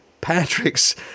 Patrick's